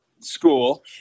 School